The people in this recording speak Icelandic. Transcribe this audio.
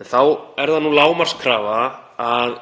En þá er lágmarkskrafa að